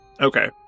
Okay